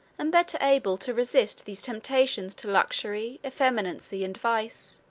and better able to resist these temptations to luxury, effeminacy, and vice.